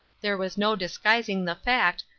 there was no disguising the fact,